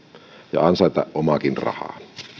ja ansaita omaakin rahaa